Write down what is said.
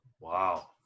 Wow